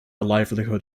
livelihood